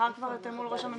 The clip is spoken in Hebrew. מחר אתם מול ראש הממשלה.